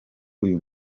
uyu